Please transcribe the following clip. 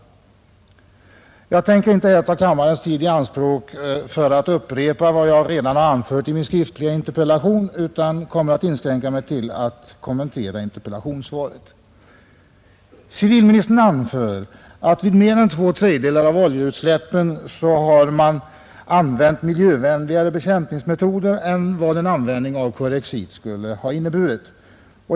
Jag tänker inte här ta kammarens tid i anspråk för att upprepa vad jag redan har anfört i min skriftliga interpellation utan kommer att inskränka mig till att kommentera interpellationssvaret. Civilministern anför att man vid mer än två tredjedelar av de under 1970 bekämpade oljeutsläppen har använt miljövänligare bekämpnings metoder än vad en användning av Corexit skulle ha inneburit.